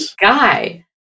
guy